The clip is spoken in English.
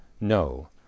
No